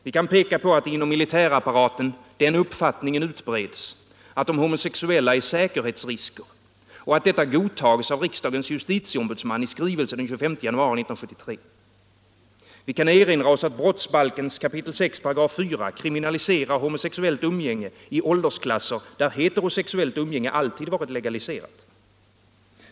Vi kan peka på att inom militärapparaten den uppfattningen utbreds att de homosexuella är säkerhetsrisker och att detta godtages av riksdagens justitieombudsman i skrivelse den 25 januari 1973. Vi kan erinra oss att brottsbalkens 6 kap. 4 § kriminaliserar homosexuellt umgänge i åldersklasser, där heterosexuellt umgänge alltid varit legaliserat.